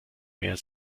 mehr